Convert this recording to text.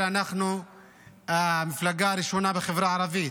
אנחנו המפלגה הראשונה בחברה הערבית